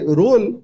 role